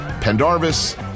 Pendarvis